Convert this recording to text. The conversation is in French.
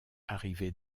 arrivés